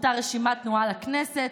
אותה רשימת תנועה לכנסת.